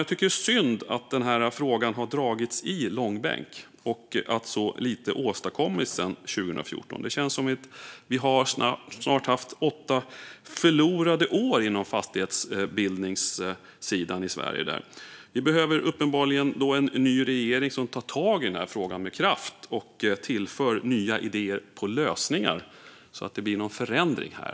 Jag tycker att det är synd att denna fråga har dragits i långbänk och att så lite åstadkommits sedan 2014. Det känns som att vi snart har haft åtta förlorade år inom fastighetsbildningen i Sverige. Vi behöver uppenbarligen en ny regering som tar tag i denna fråga med kraft och tillför nya idéer om lösningar så att det blir någon förändring här.